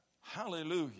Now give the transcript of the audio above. Hallelujah